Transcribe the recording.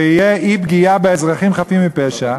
ולא תהיה פגיעה באזרחים חפים מפשע,